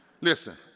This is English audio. Listen